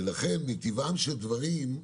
ולכן מטבעם של דברים,